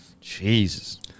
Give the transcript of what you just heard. Jesus